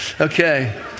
Okay